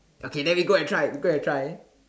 okay then we go and try we go and try